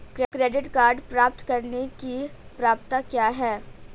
Credit card प्राप्त करने की पात्रता क्या है?